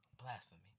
Blasphemy